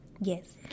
Yes